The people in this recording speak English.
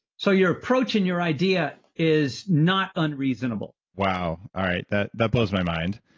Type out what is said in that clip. so your approach and your idea is not unreasonable wow! all right, that that blows my mind.